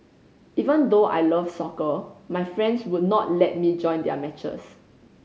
even though I love soccer my friends would not let me join their matches